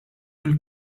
mill